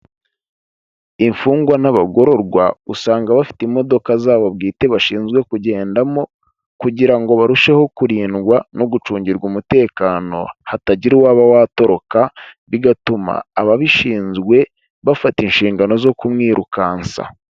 Imfungwa n'abagororwa usanga bafite imodoka zabo bwite bashinzwe kugendamo kugira ngo barusheho kurindwa no gucungirwa umutekano hatagira uwaba watoroka bigatuma ababishinzwe bafata inshingano zo kumwirukansa.